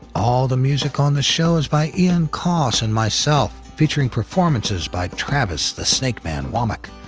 all the music on the show is by ian coss and myself, featuring performances by travis the snakeman wammack,